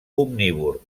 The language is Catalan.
omnívor